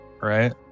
Right